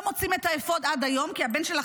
לא מוצאים את האפוד עד היום כי הבן שלך